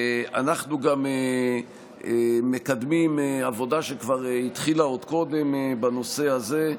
אנחנו גם מקדמים עבודה שכבר התחילה עוד קודם בנושא הזה,